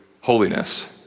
holiness